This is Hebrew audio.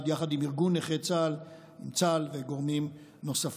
יחד עם ארגון נכי צה"ל וגורמים נוספים.